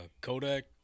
Kodak